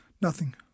Nothing